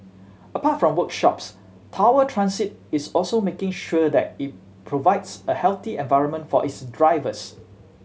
apart from workshops Tower Transit is also making sure that it provides a healthy environment for its drivers